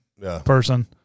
person